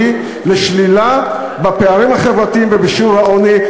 לשלילה בפערים החברתיים ובשיעור העוני,